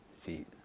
feet